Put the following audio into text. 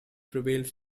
prevails